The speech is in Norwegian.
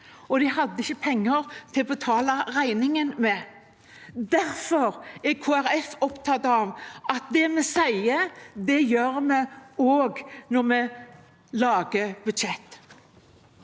og de hadde ikke penger til å betale regningen med. Derfor er Kristelig Folkeparti opptatt av at det vi sier, gjør vi også når vi lager budsjett.